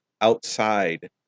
outside